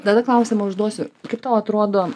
tada klausimą užduosiu kaip tau atrodo